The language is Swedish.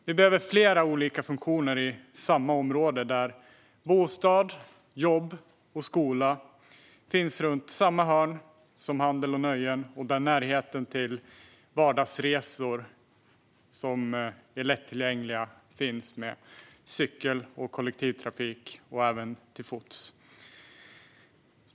Vi behöver flera olika funktioner i samma område, där bostad, jobb och skola finns runt samma hörn som handel och nöjen och där det är närhet till lättillgängliga vardagsresor med cykel och kollektivtrafik och även till fots.